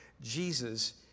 Jesus